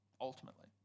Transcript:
Ultimately